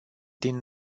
din